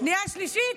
שנייה שלישית,